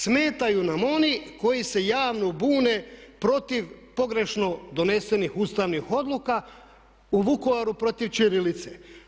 Smetaju nam oni koji se javno bune protiv pogrešno donesenih ustavnih odluka, u Vukovaru protiv ćirilice.